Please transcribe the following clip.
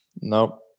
Nope